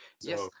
Yes